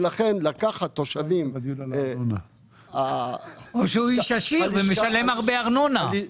ולכן לקחת תושבים --- או שהוא איש עשיר ומשלם הרבה ארנונה.